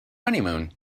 honeymoon